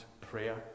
prayer